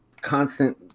constant